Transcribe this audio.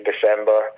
December